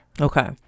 Okay